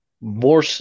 more